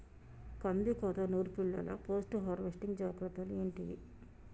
కందికోత నుర్పిల్లలో post harvesting జాగ్రత్తలు ఏంటివి?